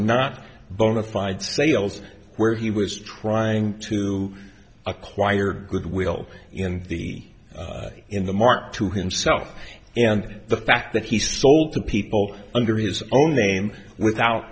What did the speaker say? not bonafide sales where he was trying to acquire goodwill in the in the market to himself and the fact that he sold to people under his own name without